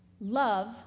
Love